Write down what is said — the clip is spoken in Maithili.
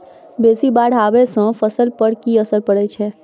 बेसी बाढ़ आबै सँ फसल पर की असर परै छै?